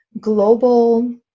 global